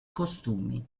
costumi